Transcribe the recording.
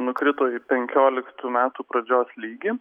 nukrito į penkioliktų metų pradžios lygį